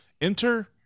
enter